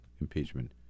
impeachment